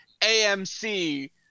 AMC